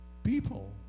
People